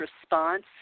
response